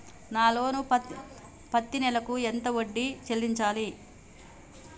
నా లోను పత్తి నెల కు ఎంత వడ్డీ చెల్లించాలి?